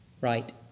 right